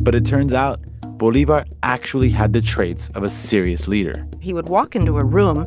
but it turns out bolivar actually had the traits of a serious leader he would walk into a room